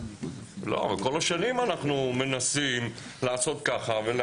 במשך כל השנים אנחנו מנסים לעשות כך.